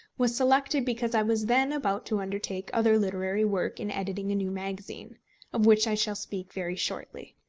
was selected because i was then about to undertake other literary work in editing a new magazine of which i shall speak very shortly.